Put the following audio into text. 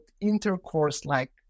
intercourse-like